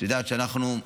את יודעת שאנחנו,